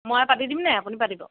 ময়ে পাতি দিমনে আপুনি পাতিব